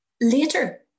Later